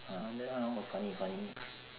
ha that one all funny funny